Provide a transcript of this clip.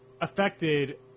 affected